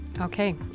Okay